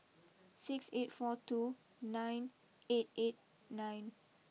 six eight four two nine eight eight nine